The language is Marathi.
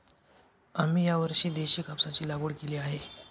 आम्ही यावर्षी देशी कापसाची लागवड केली आहे